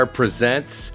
presents